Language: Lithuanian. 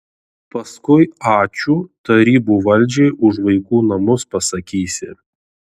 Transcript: paskui ačiū tarybų valdžiai už vaikų namus pasakysi